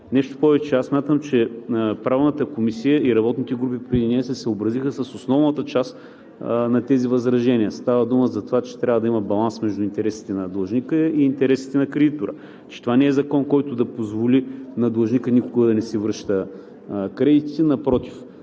Нещо повече. Аз смятам, че Правната комисия и работните групи преди нея се съобразиха с основната част на тези възражения. Става дума за това, че трябва да има баланс между интересите на длъжника и интересите на кредитора. Това не е закон, който да позволи на длъжника никога да не си връща кредитите – напротив,